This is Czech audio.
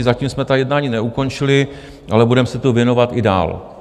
Zatím jsme ta jednání neukončili, ale budeme se tomu věnovat i dál.